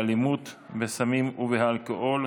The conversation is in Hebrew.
הקדם-צבאיות (תיקון מס' 2) (סמכויות),